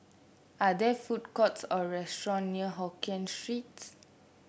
are there food courts or restaurant near Hokkien Streets